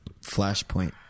Flashpoint